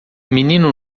menino